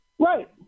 Right